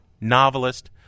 novelist